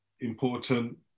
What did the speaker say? important